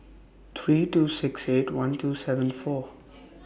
three two six eight one two seven four